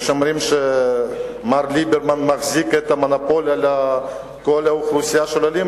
שיש אומרים שמר ליברמן מחזיק את המונופול על כל האוכלוסייה של העולים.